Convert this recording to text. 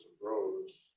grows